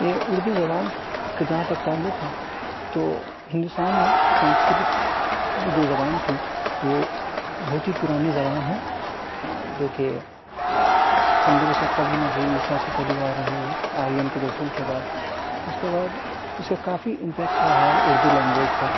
یہ اردو زبان کہ جہاں تک تعلق ہے تو ہندوستان میں سنسکرت کی جو زبان تھی وہ بہت ہی پرانی زبان ہے جو کہ پندرہ سو قبل مسیح عیسیٰ سے چلی آ رہی ہے آرین کے دخول کے بعد اس کے بعد اس کا کافی امپیکٹ رہا ہے اردو لینگویج پر